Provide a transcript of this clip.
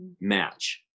match